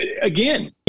again